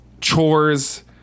chores